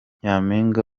nyampinga